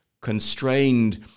constrained